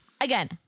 again